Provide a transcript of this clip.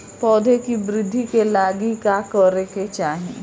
पौधों की वृद्धि के लागी का करे के चाहीं?